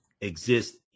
exist